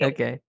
Okay